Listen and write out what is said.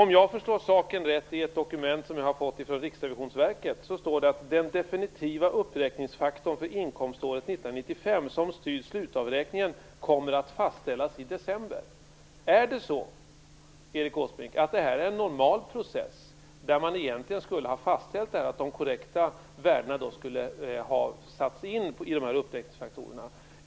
I ett dokument som jag har fått från Riksrevisionsverket står det att den definitiva uppräkningsfaktorn för inkomståret 1995, som styr slutavräkningen, kommer att fastställas i december. Är detta, Erik Åsbrink, en normal process, att när man fastställt detta skulle de korrekta värdena ha satts in i de här uppräkningsfaktorerna?